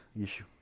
issue